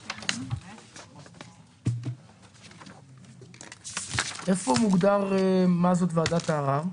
34". איפה מוגדר מה זאת ועדת הערר?